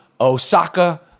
Osaka